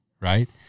Right